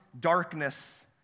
darkness